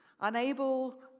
unable